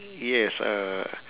yes uh